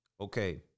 Okay